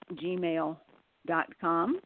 gmail.com